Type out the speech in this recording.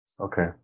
Okay